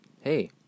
hey